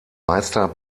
meister